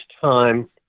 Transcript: time